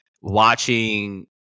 watching